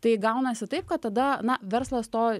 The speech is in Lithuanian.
tai gaunasi taip kad tada na verslas to